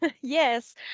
Yes